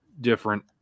different